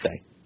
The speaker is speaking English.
say